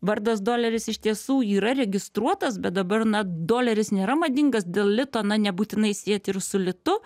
vardas doleris iš tiesų yra registruotas bet dabar na doleris nėra madingas dėl lito na nebūtinai siet ir su litu